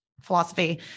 philosophy